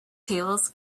tables